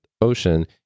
Ocean